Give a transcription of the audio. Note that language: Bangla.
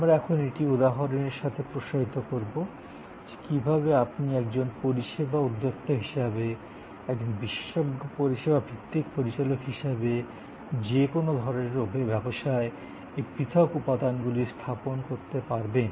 আমরা এখন এটি উদাহরনের সাথে প্রসারিত করব যে কীভাবে আপনি একজন পরিষেবা উদ্যোক্তা হিসাবে একজন বিশেষজ্ঞ পরিষেবা ভিত্তিক পরিচালক হিসাবে যে কোনও ধরণের ব্যবসায় এই পৃথক উপাদানগুলির স্থাপন করতে পারবেন